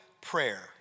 prayer